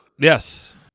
Yes